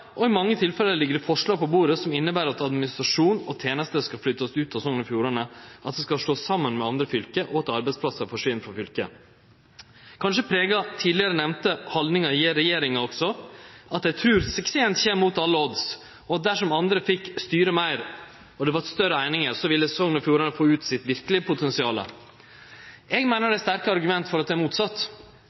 og i mange tilfelle ligg det forslag på bordet som inneber at administrasjon og tenester skal flyttast ut av Sogn og Fjordane, at det skal slåast saman med andre fylke og at arbeidsplassar forsvinn frå fylket. Kanskje pregar tidlegare nemnde haldningar i regjeringa også at ho trur suksessen kjem mot alle odds. Og dersom andre fekk styre meir og det vart større einingar, ville Sogn og Fjordane få ut sitt verkelege potensial. Eg meiner det er sterke argument for at det er motsett.